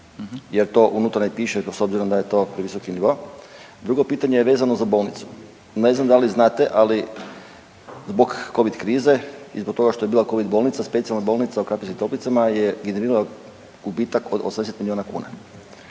jer to unutra ne piše to s obzirom da je to visoki nivo? Drugo pitanje je vezano za bolnicu. Ne znam da li znate, ali zbog covid krize i zbog toga što je bila covid bolnica, Specijalna bolnica u Krapinskim Toplicama je imala gubitak od 80 milijuna kuna.